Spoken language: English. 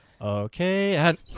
okay